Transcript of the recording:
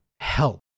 help